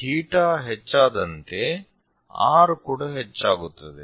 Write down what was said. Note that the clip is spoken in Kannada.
ಥೀಟಾ ಹೆಚ್ಚಾದಂತೆ r ಕೂಡಾ ಹೆಚ್ಚಾಗುತ್ತದೆ